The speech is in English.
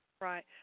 Right